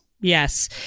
Yes